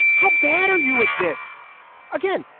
how bad are you at this again?